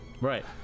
Right